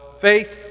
faith